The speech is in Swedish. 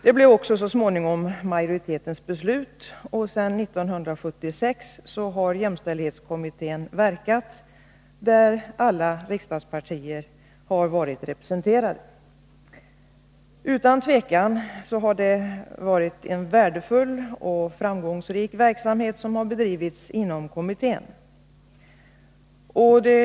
Det blev också så småningom majoritetens beslut, och sedan 1976 har jämställdhetskommittén verkat. Alla riksdagspartier har varit representerade i denna. Utan tvivel har den verksamhet som bedrivits inom kommittén varit värdefull och framgångsrik.